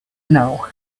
know